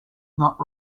not